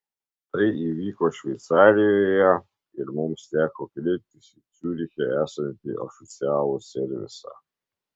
tai įvyko šveicarijoje ir mums teko kreiptis į ciuriche esantį oficialų servisą